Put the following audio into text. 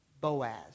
Boaz